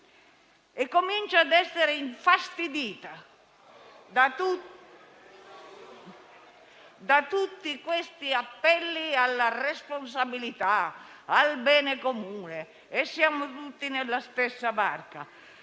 E comincio ad essere infastidita da tutti questi appelli alla responsabilità, al bene comune, al «siamo tutti sulla stessa barca».